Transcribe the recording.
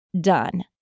done